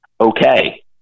okay